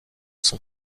son